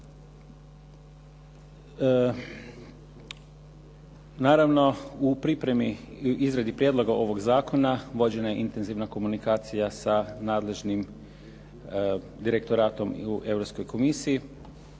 Naravno u pripremi i izradi prijedloga ovog zakona vođena je intenzivna komunikacija sa nadležnim direktoratom i u Europskoj